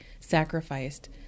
sacrificed